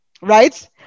right